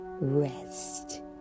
Rest